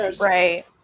Right